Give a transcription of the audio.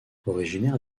originaire